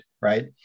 right